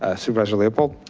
ah supervisor leopold?